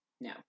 no